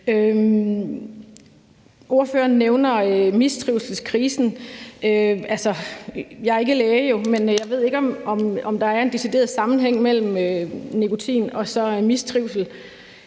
Ordføreren nævner mistrivselskrisen. Altså, jeg er jo ikke læge, men jeg ved ikke, om der er en decideret sammenhæng mellem nikotin og så mistrivsel.